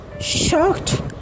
shocked